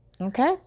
Okay